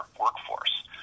workforce